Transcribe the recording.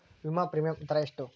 ವಿಮಾ ಪ್ರೀಮಿಯಮ್ ದರಾ ಎಷ್ಟು?